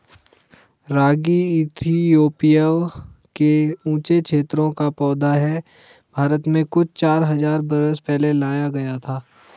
रागी Ethiopia के ऊँचे क्षेत्रों का पौधा है भारत में कुछ चार हज़ार बरस पहले लाया गया था